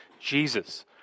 Jesus